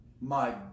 My